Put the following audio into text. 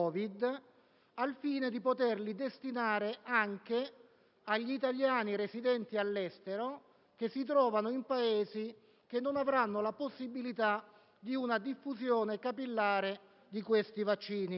al fine di poterli destinare anche agli italiani residenti all'estero, che si trovano in Paesi dove non sarà possibile una diffusione capillare degli stessi vaccini.